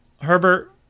Herbert